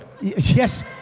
yes